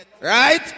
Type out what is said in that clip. Right